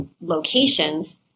locations